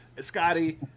scotty